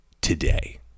today